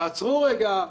תעצרו רגע,